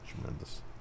Tremendous